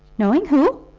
knowing who?